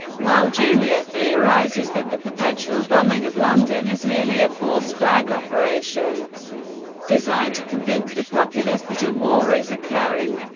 while julia theorizes that the perpetual bombing of london is merely a false-flag operation designed to convince the populace that a war is occurring.